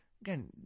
Again